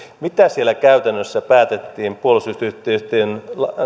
mitä siellä käytännössä päätettiin puolustusyhteistyön